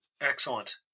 Excellent